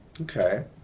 Okay